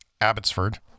Abbotsford